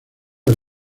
del